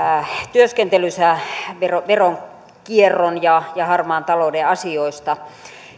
työskentelynsä veronkierron veronkierron ja ja harmaan talouden asioista